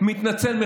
מתנצל.